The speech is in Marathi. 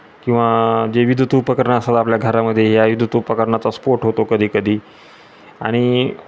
किंवा जे विद्युत उपकरणं असतात आपल्या घरामध्ये या विद्युत उपकरणाचा स्फोट होतो कधीकधी आणि